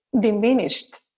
diminished